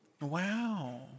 Wow